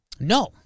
No